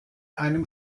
einem